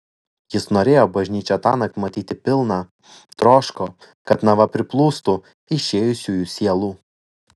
jis norėjo bažnyčią tąnakt matyti pilną troško kad nava priplūstų išėjusiųjų sielų